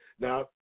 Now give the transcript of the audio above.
Now